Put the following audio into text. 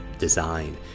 design